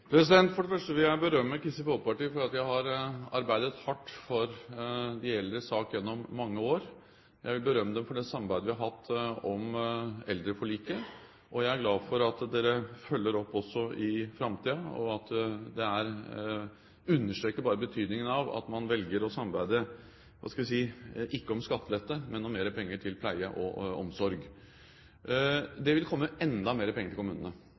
For det første vil jeg berømme Kristelig Folkeparti for at de har arbeidet hardt for de eldres sak gjennom mange år. Jeg vil berømme dem for det samarbeidet vi har hatt om eldreforliket, og jeg er glad for at dere følger opp også i framtiden. Det understreker bare betydningen av at man velger å samarbeide ikke om skattelette, men om mer penger til pleie og omsorg. Det vil komme enda mer penger til kommunene.